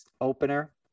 opener